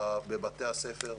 בבתי הספר,